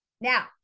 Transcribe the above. Now